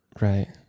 Right